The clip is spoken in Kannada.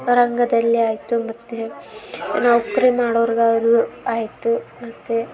ರಂಗದಲ್ಲಿ ಆಯಿತು ಮತ್ತು ನೌಕರಿ ಮಾಡೋರ್ಗಾದ್ರು ಆಯಿತು ಮತ್ತು